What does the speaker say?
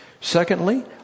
Secondly